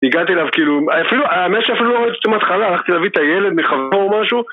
הגעתי אליו כאילו, אפילו, האמת שאפילו לא עוד שום התחלה, הלכתי להביא את הילד מחבר או משהו